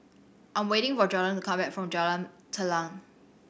I'm waiting for Jorden to come back from Jalan Telang